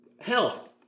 Hell